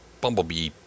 bumblebee